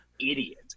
idiot